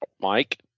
Mike